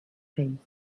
famous